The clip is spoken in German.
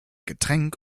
getränk